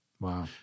Wow